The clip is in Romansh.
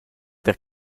per